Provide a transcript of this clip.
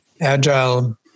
agile